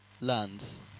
lands